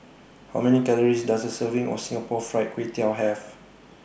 How Many Calories Does A Serving of Singapore Fried Kway Tiao Have